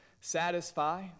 satisfy